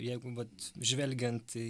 jeigu vat žvelgiant į